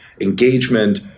engagement